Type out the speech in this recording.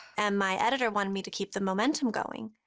and my editor wanted me to keep the momentum going.